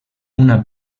una